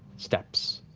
steps.